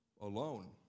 alone